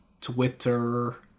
Twitter